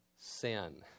sin